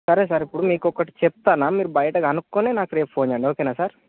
సరే సార్ ఇప్పుడు మీకు ఒకటి చెప్తున్నాను మీరు బయట కనుక్కుని నాకు రేపు ఫోన్ చెయ్యండి ఓకేనా సార్